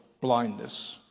blindness